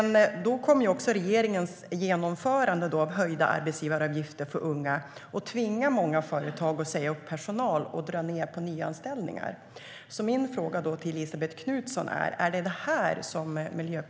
Regeringens genomförande av höjda arbetsgivaravgifter för unga kommer att tvinga många företag att säga upp personal och dra ned på nyanställningar. Är det detta Miljöpartiet vill, Elisabet Knutsson?